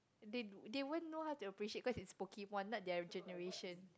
they they won't know how to appreciate cause it's Pokemon not their generation